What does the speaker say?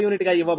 u గా ఇవ్వబడింది